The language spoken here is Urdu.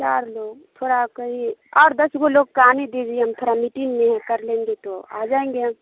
چار لوگ تھوڑا کہیے آٹھ دس لوگ کو آنے دیجیے ہم تھوڑا میٹنگ میں ہیں کرلیں گے تو آ جائیں گے ہم